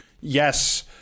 Yes